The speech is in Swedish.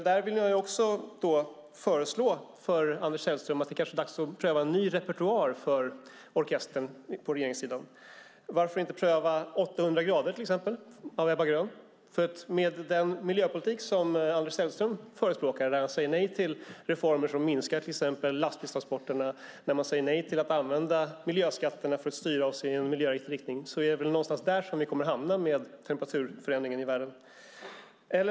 Där föreslår jag för Anders Sellström att det är dags att pröva en ny repertoar för orkestern på regeringssidan. Varför inte pröva 800 grader av Ebba Grön? Med den miljöpolitik som Anders Sellström förespråkar när han säger nej till reformer som minskar lastbilstransporterna och säger nej till att använda miljöskatterna för att styra i rätt riktning är det där någonstans vi kommer att hamna med temperaturförändringen i världen.